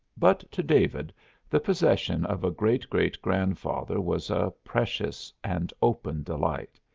but to david the possession of a great-great-grandfather was a precious and open delight.